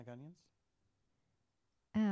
Onions